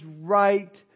right